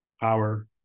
power